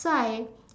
so I